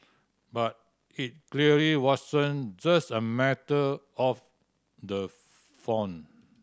but it clearly wasn't just a matter of the font